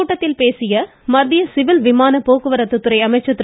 கூட்டத்தில் பேசிய மத்திய சிவில் விமானப் போக்குவரத்து துறை அமைச்சர் திரு